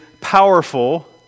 powerful